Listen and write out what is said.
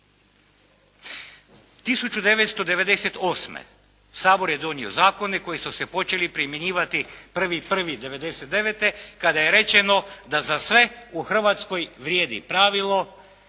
1998. Sabor je donio zakone koji su se počeli primjenjivati 1.1.'99. kada je rečeno da za sve u Hrvatskoj vrijedi pravilo